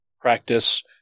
practice